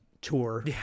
tour